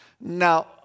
Now